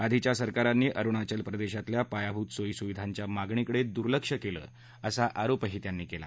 आधीच्या सरकारांनी अरुणाचल प्रदेशातल्या पायाभूत सोयी सुविधांच्या मागणीकडे दुर्लक्ष केलं असा आरोप त्यांनी केला